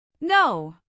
No